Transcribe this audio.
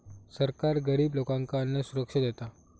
सरकार गरिब लोकांका अन्नसुरक्षा देता